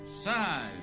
Size